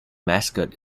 mascot